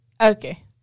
Okay